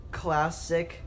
classic